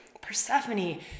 Persephone